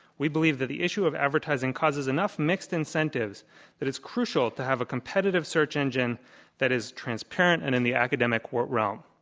we believe that the issue of advertising causes enough mixed incentives that it's crucial to have a competitive search engine that is transparent and in the academic realm.